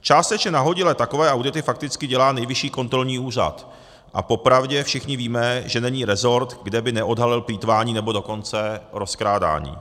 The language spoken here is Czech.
Částečně nahodile takové audity fakticky dělá Nejvyšší kontrolní úřad a popravdě všichni víme, že není resort, kde by neodhalil plýtvání, nebo dokonce rozkrádání.